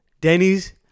Denny's